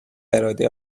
اراده